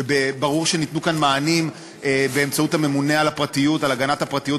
ואני נמצא, באופן אוטומטי,